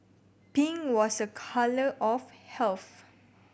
pink was a colour of health